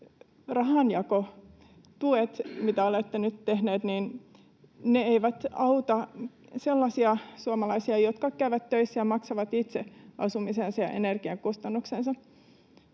auta sellaisia suomalaisia, jotka käyvät töissä ja maksavat itse asumisensa ja energiakustannuksensa?